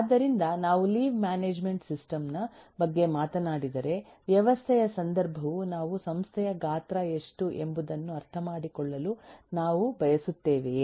ಆದ್ದರಿಂದ ನಾವು leave management system ನ ಬಗ್ಗೆ ಮಾತನಾಡಿದರೆ ವ್ಯವಸ್ಥೆಯ ಸಂದರ್ಭವು ನಾವು ಸಂಸ್ಥೆಯ ಗಾತ್ರ ಎಷ್ಟು ಎಂಬುದನ್ನು ಅರ್ಥಮಾಡಿಕೊಳ್ಳಲು ನಾವು ಬಯಸುತ್ತೇವೆಯೇ